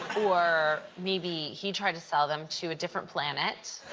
or maybe he tried to sell them to a different planet.